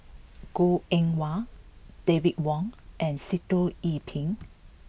Goh Eng Wah David Wong and Sitoh Yih Pin